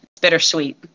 bittersweet